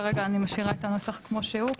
כרגע אני משאירה את הנוסח כמו שהוא.